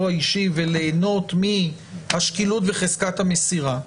האישי וליהנות מהשקילות וחזקת המסירה?